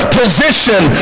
position